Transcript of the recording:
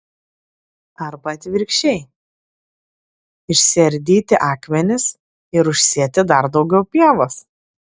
arba atvirkščiai išsiardyti akmenis ir užsėti dar daugiau pievos